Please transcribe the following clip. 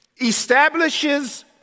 establishes